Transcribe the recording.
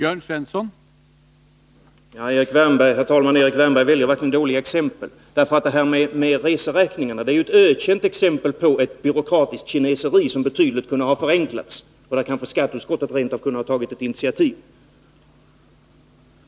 Herr talman! Erik Wärnberg väljer verkligen dåliga exempel. Reseräkningarna är ju ett ökänt exempel på ett byråkratiskt kineseri som kunde ha förenklats betydligt och där skatteutskottet kanske rent av kunde ha tagit initiativ.